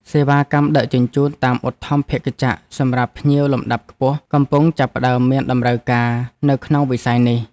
សេវាកម្មដឹកជញ្ជូនតាមឧទ្ធម្ភាគចក្រសម្រាប់ភ្ញៀវលំដាប់ខ្ពស់កំពុងចាប់ផ្តើមមានតម្រូវការនៅក្នុងវិស័យនេះ។